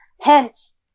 hence